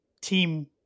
team